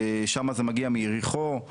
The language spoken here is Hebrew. שם זה מגיע מיריחו.